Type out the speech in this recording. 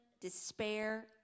despair